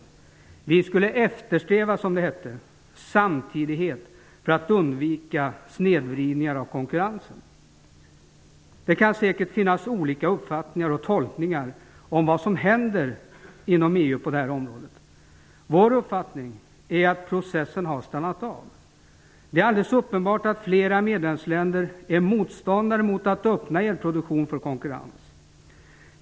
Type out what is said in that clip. Det hette att vi skulle eftersträva samtidighet för att undvika snedvridning av konkurrensen. Det kan säkert finnas olika uppfattningar och tolkningar om vad som händer inom EU på detta område. Vår uppfattning är att processen har stannat av. Det är alldeles uppenbart att flera medlemsländer är motståndare till att öppna elproduktionen för konkurrens.